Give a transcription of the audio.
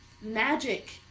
magic